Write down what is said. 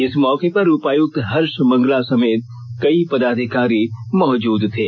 इस मौके पर उपायुक्त हर्ष मंगला समेत कई पदाधिकारी मौजूद थे